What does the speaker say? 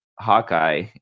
Hawkeye